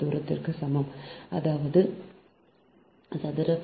75 சதுரத்திற்கு சமம் அதாவது சதுர வேர் 4